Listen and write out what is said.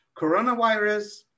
coronavirus